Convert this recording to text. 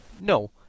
No